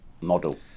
model